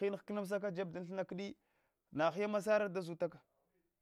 hni hknamsaka jet dan thina kdi na hik masare da zuta ka